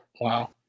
wow